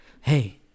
hey